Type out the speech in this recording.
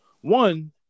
One